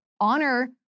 honor